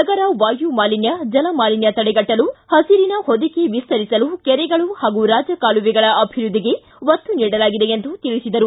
ನಗರ ವಾಯುಮಾಲಿನ್ತ ಜಲಮಾಲಿನ್ತ ತಡೆಗಟ್ಟಲು ಹಸಿರಿನ ಹೊದಿಕೆ ವಿಸ್ತರಿಸಲು ಕೆರೆಗಳು ಹಾಗೂ ರಾಜಕಾಲುವೆಗಳ ಅಭಿವೃದ್ಧಿಗೆ ಒತ್ತು ನೀಡಲಾಗಿದೆ ಎಂದು ತಿಳಿಸಿದರು